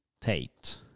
Tate